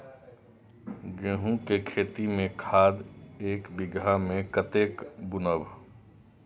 गेंहू के खेती में खाद ऐक बीघा में कते बुनब?